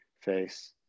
face